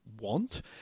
want